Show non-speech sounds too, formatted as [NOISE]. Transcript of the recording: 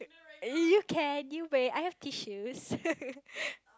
you can you may I have tissues [LAUGHS]